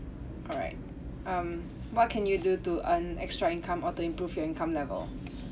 alright um what can you do to earn extra income or to improve your income level